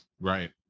Right